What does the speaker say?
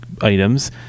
items